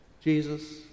Jesus